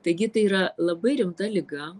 taigi tai yra labai rimta liga